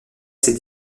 ses